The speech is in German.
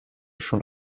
schon